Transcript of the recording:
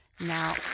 Now